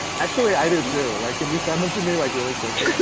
actually i do too. like can you send them to me like really quickly?